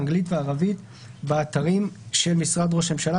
האנגלית והערבית באתרים של משרד ראש הממשלה,